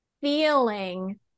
feeling